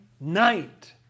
night